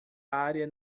área